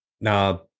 Now